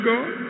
God